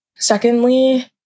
Secondly